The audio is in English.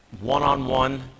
one-on-one